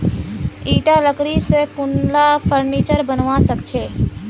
ईटा लकड़ी स कुनला फर्नीचर बनवा सख छ